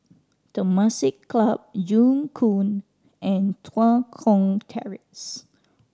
Temasek Club Joo Koon and Tua Kong Terrace